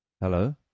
Hello